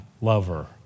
lover